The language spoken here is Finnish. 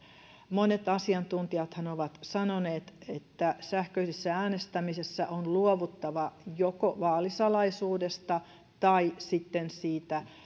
monet asiantuntijathan ovat sanoneet että sähköisessä äänestämisessä on luovuttava joko vaalisalaisuudesta tai sitten siitä